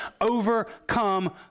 overcome